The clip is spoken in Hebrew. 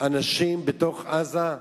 אנשים בעזה,